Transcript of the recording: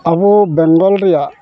ᱟᱵᱚ ᱵᱮᱝᱜᱚᱞ ᱨᱮᱭᱟᱜ